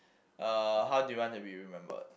uh how do you want to be remembered